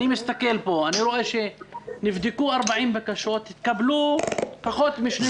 אני מסתכל פה ורואה שנבדקו 40 בקשות והתקבלו פחות משני-שלישים.